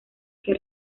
que